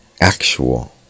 actual